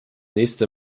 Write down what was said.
nächste